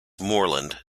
moorland